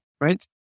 right